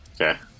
Okay